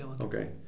Okay